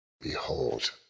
Behold